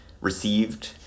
received